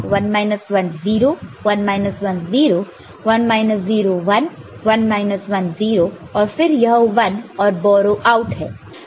1 1 0 1 10 1 01 1 10 और फिर यह 1 और बोरो आउट है